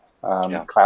Cloud